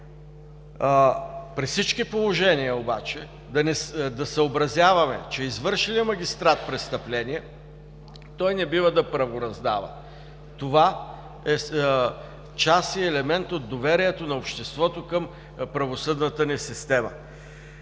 При всички положения обаче да съобразяваме, че извърши ли магистрат престъпление, той не бива да правораздава. Това е част и елемент от доверието на обществото към правосъдната ни система.